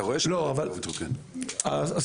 נכון, זה